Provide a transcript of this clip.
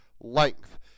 length